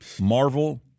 Marvel